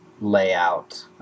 layout